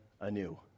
anew